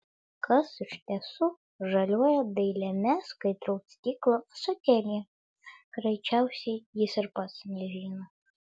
kas iš tiesų žaliuoja dailiame skaidraus stiklo ąsotėlyje greičiausiai jis ir pats nežino